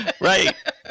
Right